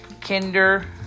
kinder